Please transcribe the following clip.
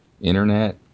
internet